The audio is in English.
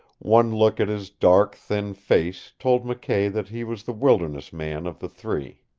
one look at his dark, thin face told mckay that he was the wilderness man of the three.